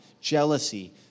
jealousy